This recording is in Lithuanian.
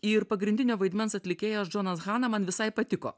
ir pagrindinio vaidmens atlikėjas džonas hana man visai patiko